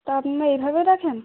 তা আপনারা এইভাবে রাখেন